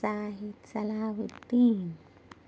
زاہد صلاح الدین